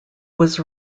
was